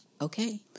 Okay